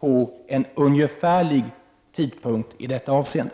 på en ungefärlig tidpunkt i detta avseende.